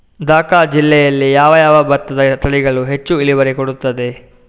ದ.ಕ ಜಿಲ್ಲೆಯಲ್ಲಿ ಯಾವ ಯಾವ ಭತ್ತದ ತಳಿಗಳು ಹೆಚ್ಚು ಇಳುವರಿ ಕೊಡುತ್ತದೆ?